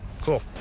Cool